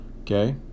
okay